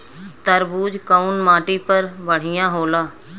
तरबूज कउन माटी पर बढ़ीया होला?